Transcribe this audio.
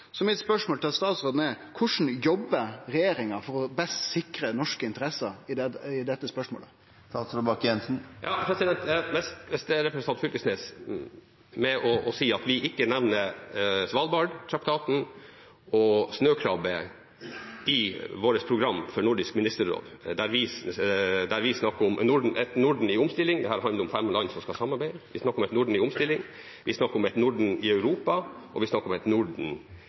Mitt spørsmål til statsråden er: Korleis jobbar regjeringa for best å sikre norske interesser i dette spørsmålet? Hvis representanten Knag Fylkesnes sier at vi ikke nevner Svalbardtraktaten og snøkrabbe i vårt program for Nordisk ministerråd – dette handler om fem land som skal samarbeide, og der vi snakker om et Norden i omstilling, vi snakker om et Norden i Europa, og vi snakker om et Norden